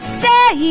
say